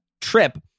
trip